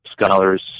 scholars